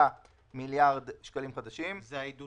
מיליארד שקלים חדשים";" זה השיפוי